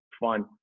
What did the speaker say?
fun